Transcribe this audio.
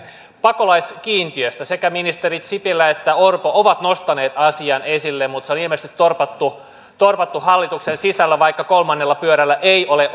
pakolaiskiintiöstä sekä ministerit sipilä että orpo ovat nostaneet asian esille mutta se on ilmeisesti torpattu torpattu hallituksen sisällä vaikka kolmannella pyörällä ei ole